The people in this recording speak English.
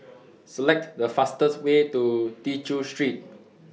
Select The fastest Way to Tew Chew Street